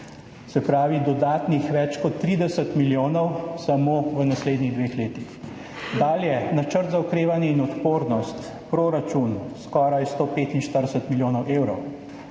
se pravi dodatnih več kot 30 milijonov samo v naslednjih dveh letih. Dalje, Načrt za okrevanje in odpornost – proračun skoraj 145 milijonov evrov,